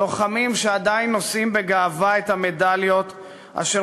לוחמים שעדיין נושאים בגאווה את המדליות אשר